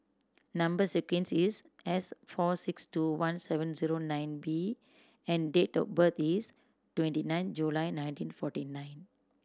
number sequence is S four six two one seven zero nine B and date of birth is twenty nine July nineteen forty nine